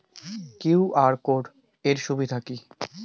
QR code এর সুবিধা কি?